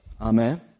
Amen